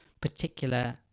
particular